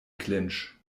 clinch